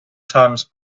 times